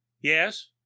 Yes